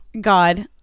God